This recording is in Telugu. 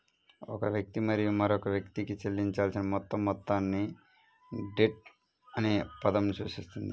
ఒక వ్యక్తి మరియు మరొక వ్యక్తికి చెల్లించాల్సిన మొత్తం మొత్తాన్ని డెట్ అనే పదం సూచిస్తుంది